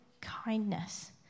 kindness